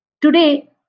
Today